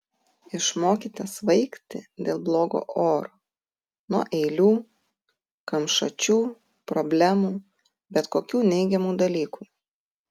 išmokite svaigti nuo blogo oro nuo eilių kamšačių problemų bet kokių neigiamų dalykų